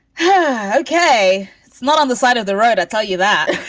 and okay. it's not on the side of the road, i tell you that.